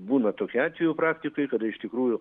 būna tokių atvejų praktikoj kada iš tikrųjų